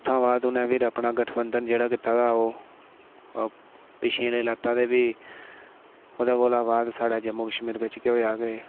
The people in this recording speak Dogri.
तां उनें फ्ही अपना गठबंदन जेह्ड़ा ऐ पिच्छै लेई लैता ऐ फ्ही ओह्दे कोला बाद साढ़े जम्मू कश्मीर बिच केह् होआ कि